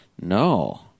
No